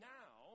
now